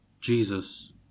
Jesus